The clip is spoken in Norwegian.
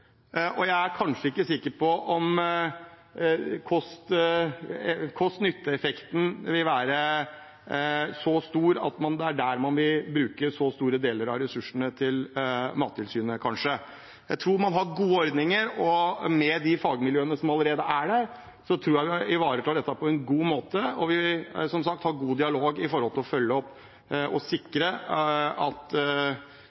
og jeg er ikke sikker på om kost–nytte-effekten vil være så stor at det er der man vil bruke så store deler av ressursene til Mattilsynet. Man har gode ordninger, og med de fagmiljøene som allerede er der, tror jeg vi ivaretar dette på en god måte. Vi har som sagt god dialog med hensyn til å følge opp og